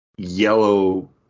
Yellow